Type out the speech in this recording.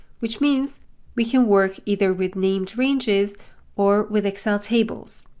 which means we can work either with named ranges or with excel tables.